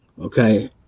Okay